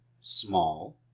small